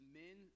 men